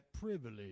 privilege